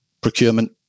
procurement